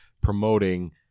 promoting